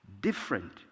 Different